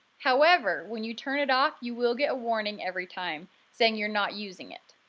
however, when you turn it off you will get a warning every time saying you're not using it.